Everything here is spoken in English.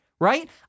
right